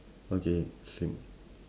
okay same